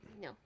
No